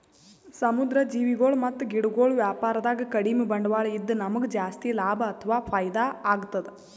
ಸಮುದ್ರ್ ಜೀವಿಗೊಳ್ ಮತ್ತ್ ಗಿಡಗೊಳ್ ವ್ಯಾಪಾರದಾಗ ಕಡಿಮ್ ಬಂಡ್ವಾಳ ಇದ್ದ್ ನಮ್ಗ್ ಜಾಸ್ತಿ ಲಾಭ ಅಥವಾ ಫೈದಾ ಆಗ್ತದ್